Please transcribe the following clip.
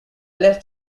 left